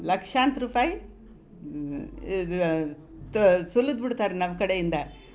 ಲಕ್ಷಾಂತರ ರೂಪಾಯ್ ಇದು ತಾ ಸುಲಿದು ಬಿಡ್ತಾರೆ ನಮ್ಮ ಕಡೆಯಿಂದ